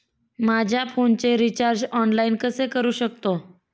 माझ्या फोनचे recharge online कसे करू शकतो?